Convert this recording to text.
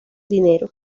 dinero